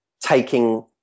taking